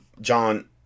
John